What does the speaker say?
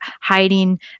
hiding